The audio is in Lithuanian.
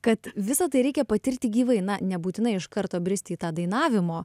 kad visa tai reikia patirti gyvai na nebūtinai iš karto bristi į tą dainavimo